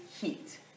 heat